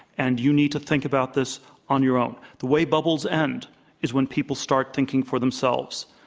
and you need to think about this on your own. the way bubbles end is when people start thinking for themselves.